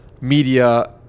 media